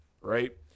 right